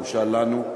בושה לנו,